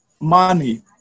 money